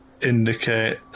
indicate